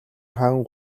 хаан